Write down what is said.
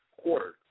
quarter